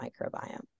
microbiome